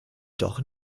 doch